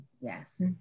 yes